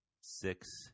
six